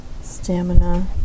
Stamina